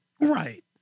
Right